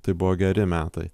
tai buvo geri metai